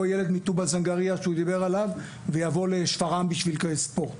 ילד מטובא זנגריה שהוא דיבר עליו ויבוא לשפרעם בשביל ספורט